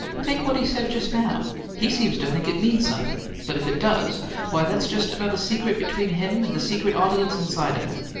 take what he said just now he seems to think it means something, but if it does, why, that's just another secret between him and the secret audience inside of him!